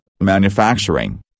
manufacturing